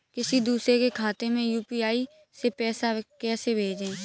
किसी दूसरे के खाते में यू.पी.आई से पैसा कैसे भेजें?